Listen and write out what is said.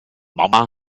mama